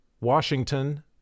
Washington